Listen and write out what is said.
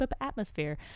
atmosphere